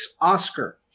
Oscar